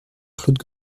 claude